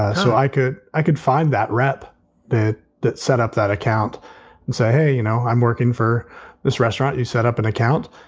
so i could i could find that rep that that set up that account and say, hey, you know, i'm working for this restaurant. you set up an account.